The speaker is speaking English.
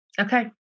Okay